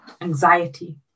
anxiety